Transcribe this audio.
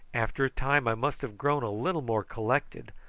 after a time i must have grown a little more collected,